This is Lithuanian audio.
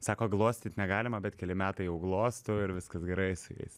sako glostyt negalima bet keli metai jau glostau ir viskas gerai su jais